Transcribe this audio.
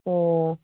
ꯑꯣ